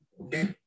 Okay